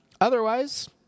Otherwise